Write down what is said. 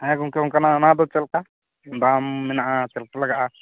ᱦᱮᱸ ᱜᱚᱢᱠᱮ ᱚᱱᱠᱟᱱᱟᱜ ᱚᱱᱟᱫᱚ ᱪᱮᱫ ᱞᱮᱠᱟ ᱫᱟᱢ ᱢᱮᱱᱟᱜ ᱪᱮᱫ ᱞᱮᱠᱟ ᱞᱟᱜᱟᱜᱼᱟ